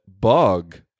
Bug